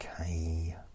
okay